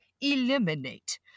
eliminate